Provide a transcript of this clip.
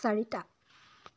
চাৰিটা